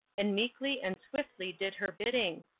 and meekly and swiftly did her bidding.